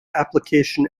application